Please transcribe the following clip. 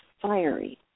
fiery